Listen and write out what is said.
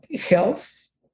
health